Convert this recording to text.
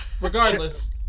Regardless